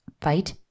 fight